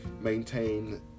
maintain